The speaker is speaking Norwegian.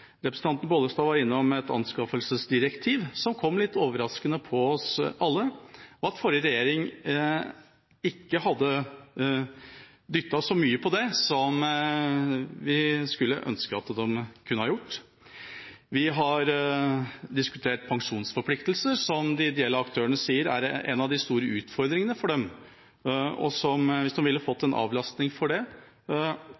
Representanten Bollestad var innom et anskaffelsesdirektiv som kom litt overraskende på oss alle, og at forrige regjering ikke hadde dyttet så mye på det som vi skulle ønske at de hadde gjort. Vi har diskutert pensjonsforpliktelser, som de ideelle aktørene sier er en av de store utfordringene for dem, og som de, hvis de hadde fått